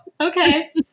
Okay